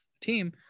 team